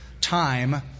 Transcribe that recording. time